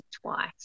twice